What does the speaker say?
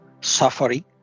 suffering